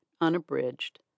Unabridged